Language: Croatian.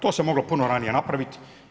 To se moglo puno ranije napravit.